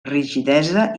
rigidesa